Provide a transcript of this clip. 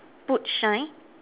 boot shine